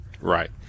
Right